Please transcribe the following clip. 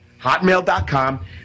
hotmail.com